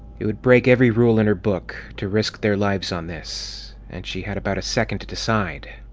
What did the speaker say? it would break every rule in her book, to risk their lives on this. and she had about a second to decide.